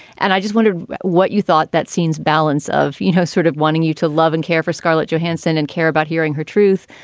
and i just wondered what you thought that scene's balance of, you know, sort of wanting you to love and care for scarlett johansson and care about hearing her truth,